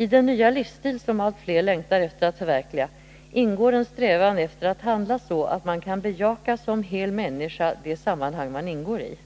I den nya livsstil som allt fler längtar efter att förverkliga ingår en strävan efter att handla så, att man kan bejaka som hel människa de sammanhang man ingår i.